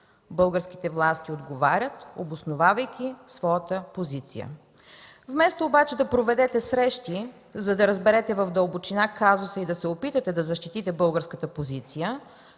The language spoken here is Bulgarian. Българските власти отговарят, обосновавайки своята позиция. Вместо обаче да проведете срещи, за да разберете в дълбочина казуса и да се опитате да защитите българската позиция,